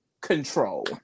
control